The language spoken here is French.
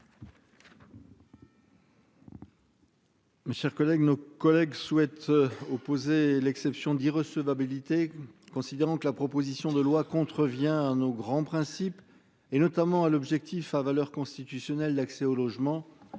Mes chers collègues, nos collègues souhaitent opposer l'exception d'irrecevabilité, considérant que la proposition de loi contrevient nos grands principes et notamment à l'objectif à valeur constitutionnelle, l'accès au logement.